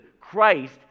Christ